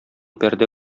пәрдә